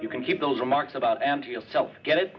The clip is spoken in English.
you can keep those remarks about and yourself get it